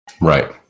right